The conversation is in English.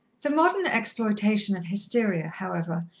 the modern exploitation of hysteria, however,